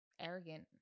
arrogant